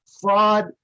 fraud